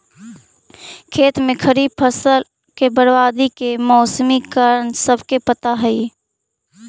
खेत में खड़ी फसल के बर्बादी के मौसमी कारण सबके पता हइ